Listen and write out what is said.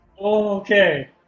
Okay